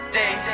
day